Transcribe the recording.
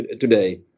today